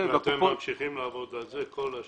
אתם ממשיכים לעבוד על זה כל הזמן?